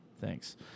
Thanks